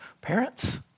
Parents